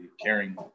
caring